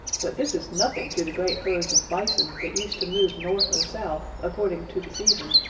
but this is nothing to the great herds of bison that used to move north or south, according to the season,